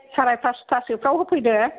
साराय फासथा सोफ्राव होफैदो